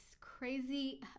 crazy